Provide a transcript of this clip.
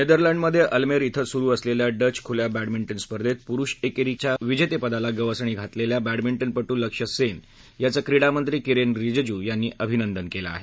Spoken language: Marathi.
नेदरलंडमध्ये अल्मेर धि सुरू असलेल्या डच खुल्या बॅंडमिंटन स्पर्धेत पुरुष एकेरीच्या विजेतेपदाला गवसणी घातेलेल्या बॅंडमिंटनपटू लक्ष्य सेन याचं क्रीडा मंत्री किरेन रिजिजू यांनी अभिनंदन केलं आहे